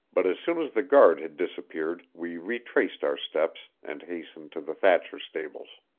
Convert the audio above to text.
but as soon as the guard had disappeared we retraced our steps and hastened to the thatcher stables.